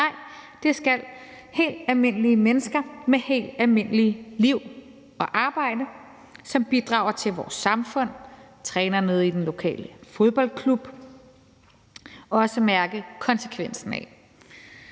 Nej, det skal helt almindelige mennesker med helt almindelige liv og arbejde, som bidrager til vores samfund og træner nede i den lokale fodboldklub, også mærke konsekvensen af.